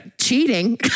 cheating